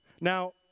Now